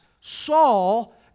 Saul